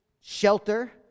shelter